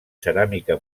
ceràmica